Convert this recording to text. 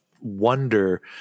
wonder